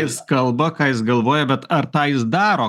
jis kalba ką jis galvoja bet ar tą jis daro